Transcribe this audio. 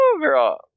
girl